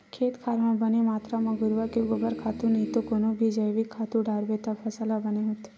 खेत खार म बने मातरा म घुरूवा के गोबर खातू नइते कोनो भी जइविक खातू डारबे त फसल ह बने होथे